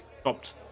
stopped